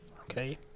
Okay